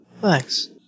Thanks